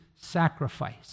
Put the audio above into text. sacrifice